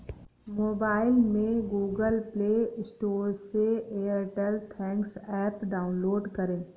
mobile में Google Play Store से Airtel thanks app download करें